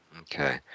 Okay